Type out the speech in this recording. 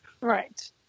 Right